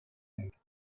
elik